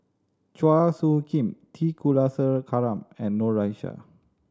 Chua Soo Khim T Kulasekaram and Noor Aishah